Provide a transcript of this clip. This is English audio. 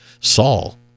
Saul